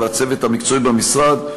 והצוות המקצועי במשרד,